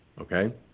okay